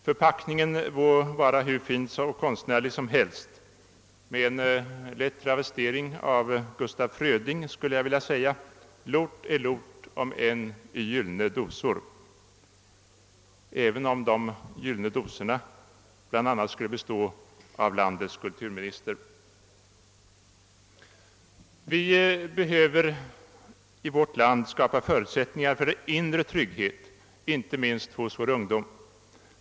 Förpackningen må vara hur konstnärlig och fin som helst. Med en lätt travestering av Gustaf Fröding vill jag säga: Lort är lort, om än i gyllene dosor. Vi behöver i vårt land skapa förutsättningar för inre trygghet inte minst hos vår ungdom.